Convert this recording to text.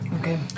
Okay